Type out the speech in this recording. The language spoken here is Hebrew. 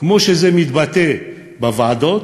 כמו שזה מתבטא בוועדות,